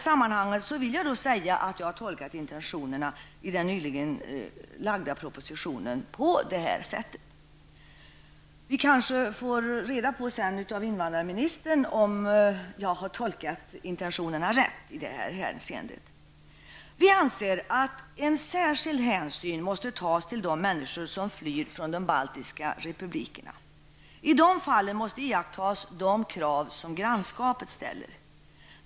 Jag vill säga att jag har tolkat intentionerna i den nyligen framlagda propositionen på det sättet. Vi kanske får reda på av invandrarministern om jag har tolkat intentionerna rätt i det här hänseendet. Vi anser att särskild hänsyn måste tas till de människor som flyr från de baltiska republikerna. I dessa fall måste iakttas de krav som grannskapet ställer.